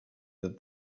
that